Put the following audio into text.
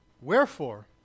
Wherefore